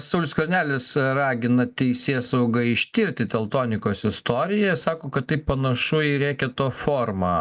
saulius skvernelis ragina teisėsaugą ištirti teltonikos istoriją sako kad tai panašu į reketo formą